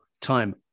time